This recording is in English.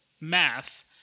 math—